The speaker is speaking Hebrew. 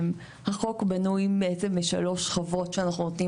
החוק בנוי בעצם משלוש שכבות שאנחנו נותנים